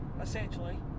essentially